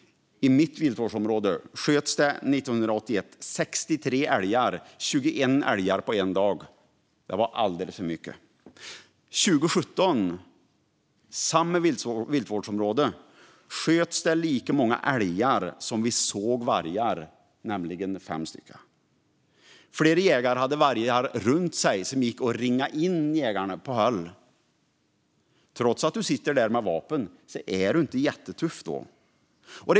I mitt viltvårdsområde sköts det 63 älgar 1981, som mest 21 älgar på en dag. Det var alldeles för mycket. År 2017 sköts det i samma viltvårdsområde lika många älgar som vi såg vargar, nämligen 5 stycken. Flera jägare hade vargar runt sig som gick och ringade in dem på håll. Trots att man sitter där med vapen är man inte jättetuff då.